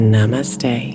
Namaste